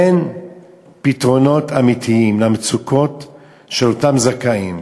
אין פתרונות אמיתיים למצוקות של הזכאים.